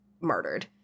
murdered